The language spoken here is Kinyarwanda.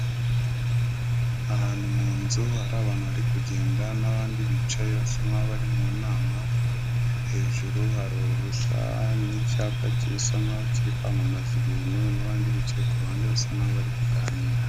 Ahantu mu nzu hari abantu bari kugenda n'abandi bicaye basa nk'abari mu nama, hejuru hari urusaha n'icyapa gisa nkaho kiri kwamamaza ibintu. N'abandi bicaye ku rurhande basa nkaho bari kuganira.